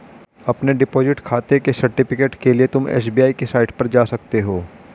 अपने डिपॉजिट खाते के सर्टिफिकेट के लिए तुम एस.बी.आई की साईट पर जा सकते हो